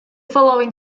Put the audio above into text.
following